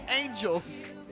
angels